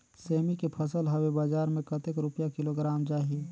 सेमी के फसल हवे बजार मे कतेक रुपिया किलोग्राम जाही?